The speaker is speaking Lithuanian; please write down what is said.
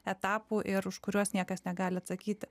etapų ir už kuriuos niekas negali atsakyti